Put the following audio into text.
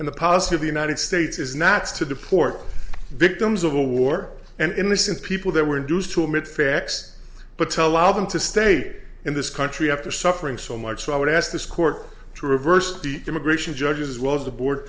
and the positive the united states is not is to deport victims of a war and innocent people that were induced to admit facts but tell our them to state in this country after suffering so much so i would ask this court to reverse the immigration judges as well as the board